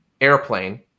Airplane